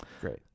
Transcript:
Great